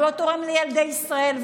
הוא לא תורם לילדי ישראל,